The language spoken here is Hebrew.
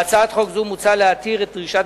בהצעת חוק זו מוצע להתיר את דרישת